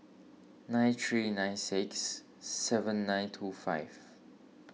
nine three nine six seven nine two five